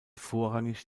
vorrangig